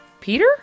Peter